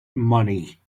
money